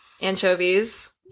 anchovies